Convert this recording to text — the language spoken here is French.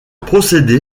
procédé